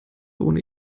ohne